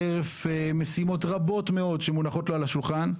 חרף משימות רבות מאוד שמונחות לו על השולחן,